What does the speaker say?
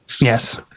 Yes